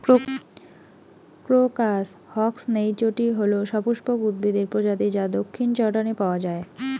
crocus হসকনেইচটি হল সপুষ্পক উদ্ভিদের প্রজাতি যা দক্ষিণ জর্ডানে পাওয়া য়ায়